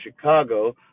Chicago